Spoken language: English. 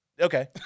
Okay